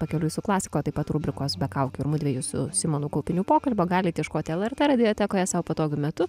pakeliui su klasika o taip pat rubrikos be kaukių ir mudviejų su simonu kaupiniu pokalbio galit ieškoti lrt radiotekoje sau patogiu metu